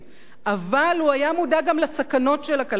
אבל הוא היה מודע גם לסכנות של הכלכלה החופשית,